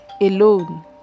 alone